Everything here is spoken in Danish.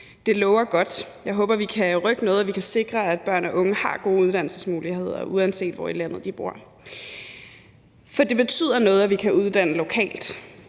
det lover godt, og jeg håber, at vi kan rykke på noget, og at vi kan sikre, at børn og unge har gode uddannelsesmuligheder, uanset hvor i landet de bor. Det betyder nemlig noget, at vi kan uddanne lokalt,